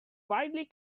brightly